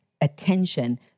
attention